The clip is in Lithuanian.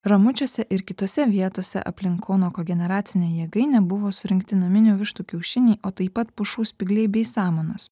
ramučiuose ir kitose vietose aplink kauno kogeneracinę jėgainę buvo surinkti naminių vištų kiaušiniai o taip pat pušų spygliai bei samanos